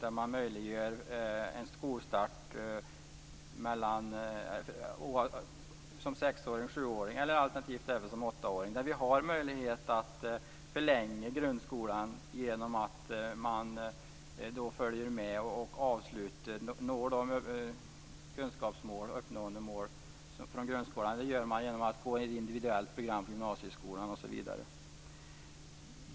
Vi möjliggör en skolstart som sexåring, sjuåring och alternativt även som åttaåring. Vi har möjlighet att förlänga grundskolan så att man når kunskapsmålen från grundskolan genom att gå ett individuellt program på gymnasieskolan osv.